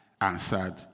answered